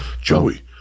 Joey